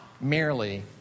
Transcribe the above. merely